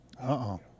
Uh-oh